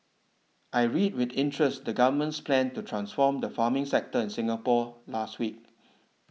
I read with interest the Government's plan to transform the farming sector in Singapore last week